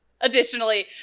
Additionally